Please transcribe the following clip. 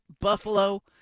Buffalo